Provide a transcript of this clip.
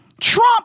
Trump